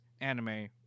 anime